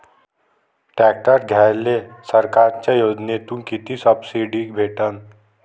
Tractor घ्यायले सरकारच्या योजनेतून किती सबसिडी भेटन?